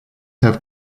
have